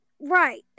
Right